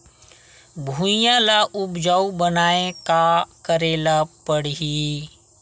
भुइयां ल उपजाऊ बनाये का करे ल पड़ही?